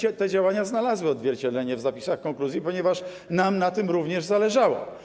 I te działania znalazły odzwierciedlenie w zapisach konkluzji, ponieważ nam na tym również zależało.